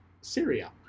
Syria